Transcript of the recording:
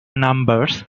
numbers